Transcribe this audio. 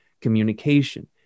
communication